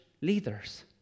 leaders